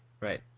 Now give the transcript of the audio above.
right